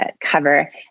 cover